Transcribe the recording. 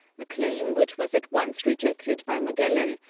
a claim which was at once rejected by magellan,